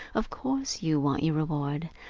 of course you want your reward,